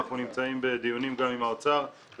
אנחנו נמצאים בדיונים גם עם האוצר לעדכן